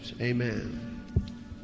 amen